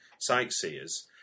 sightseers